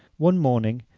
one morning,